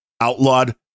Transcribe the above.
outlawed